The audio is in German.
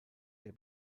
der